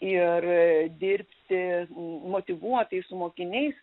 ir dirbti m motyvuotai su mokiniais